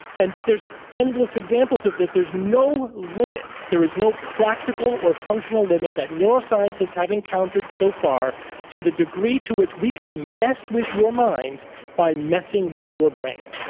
and there's endless examples of this. there's no limit there is no practical or functional limit that neuroscientists have encountered so far to the degree which we can mess with your mind by messing with your brain.